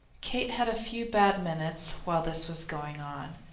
kate had a few bad minutes while this was going on,